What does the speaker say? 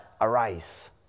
arise